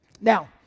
Now